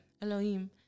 Elohim